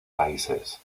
países